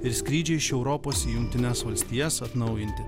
ir skrydžiai iš europos į jungtines valstijas atnaujinti